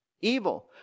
evil